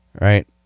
Right